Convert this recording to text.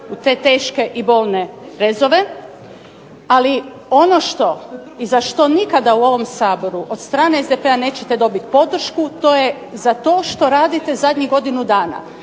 u te teške i bolne rezove. Ali ono što i za što nikada u ovom Saboru od strane SDP-a neće dobiti podršku to je za to što radite zadnjih godinu dana,